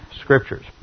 Scriptures